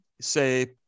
say